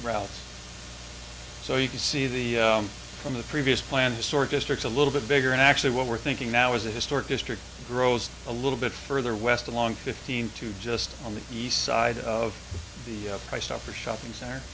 route so you can see the from the previous plan the sort districts a little bit bigger and actually what we're thinking now is the historic district grows a little bit further west along fifteen to just on the east side of the high stuff or shopping center